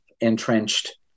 entrenched